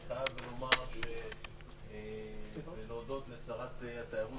אני חייב להודות לשרת התיירות